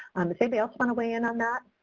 does anybody else want to weigh in on that?